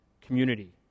community